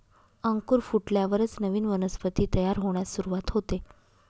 अंकुर फुटल्यावरच नवीन वनस्पती तयार होण्यास सुरूवात होते